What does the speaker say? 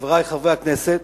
חברי חברי הכנסת,